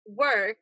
work